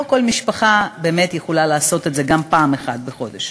לא כל משפחה באמת יכולה לעשות את זה גם פעם אחת בחודש.